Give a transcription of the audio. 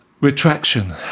Retraction